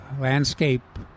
landscape